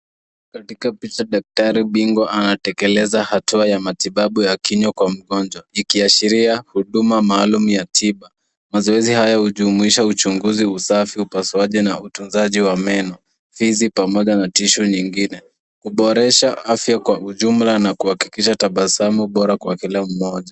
Katika picha daktari bingwa anatekeleza hatua ya matibabu ya kinywa kwa mgonjwa, ikiashiria huduma maalum ya tiba. Mazoezi haya hujumuisha: uchunguzi, usafi, upasuaji na utunzaji wa meno, fizi, pamoja na tissue nyingine. Kuboresha afya kwa ujumla na kuhakikisha tabasamu bora kwa kila mmoja.